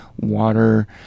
water